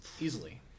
easily